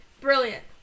Brilliant